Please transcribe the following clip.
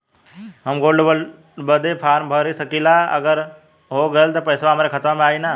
हम gold loan बड़े form भर सकी ला का अगर हो गैल त पेसवा हमरे खतवा में आई ना?